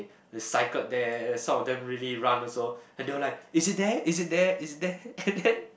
they cycled there some of them really run also and they were like it is there it is there it is there and then